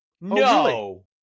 No